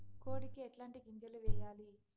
కోడికి ఎట్లాంటి గింజలు వేయాలి?